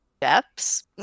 steps